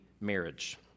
marriage